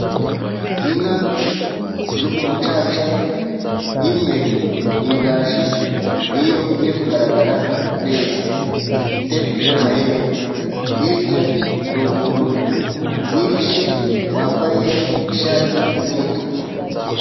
Inka ziri mu mucaca imwe ni igaju niyo iri kugaragara neza, ifite n'amahembe. Hirya hari umuntu wihishe wambaye ishati y'umutuku.